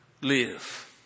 live